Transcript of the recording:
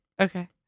okay